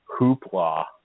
hoopla